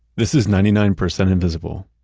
this is ninety nine percent invisible.